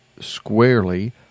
squarely